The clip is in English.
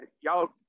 Y'all